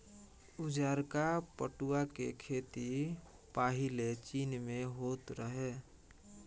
उजारका पटुआ के खेती पाहिले चीन में होत रहे